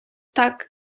так